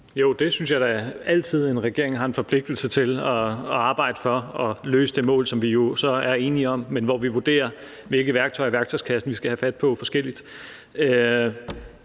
Jo, det synes jeg da altid en regering har en forpligtelse til – at arbejde for at nå det mål, som vi jo så er enige om, men hvor vi vurderer, hvilke værktøjer i værktøjskassen vi skal have fat på, forskelligt.